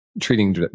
treating